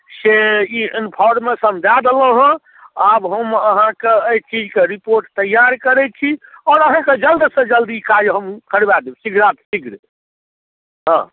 से ई इन्फोर्मेशन दऽ देलहुँ हेँ आब हम अहाँकेँ एहि चीजके रिपोर्ट तैयार करै छी आओर अहाँके जल्दसँ जल्द ई काज हम करवा देब शीघ्राति शीघ्र हँ